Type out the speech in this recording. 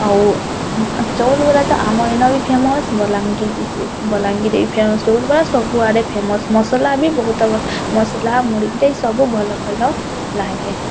ଆଉ ଆଉ ଚାଉଲବରା ତ ଆମ ଏଇନେ ଫେମସ ବଲାଙ୍ଗୀର ଡିସ ବଲାଙ୍ଗୀରରେ ଫେମସ ଜୁଗୁରୁ ସବୁଆଡ଼େ ଫେମସ ମସଲା ବି ବହୁତ ମସଲା ମୁଡ଼ି ବି ସବୁ ଭଲ ଭଲ ଲାଗେ